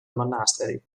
monastery